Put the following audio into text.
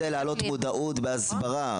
לפחות להעלות מודעות והסברה.